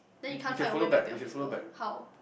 then you can't find your way back to your physical body how